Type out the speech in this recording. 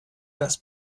das